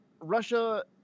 Russia